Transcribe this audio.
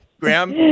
Graham